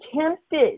tempted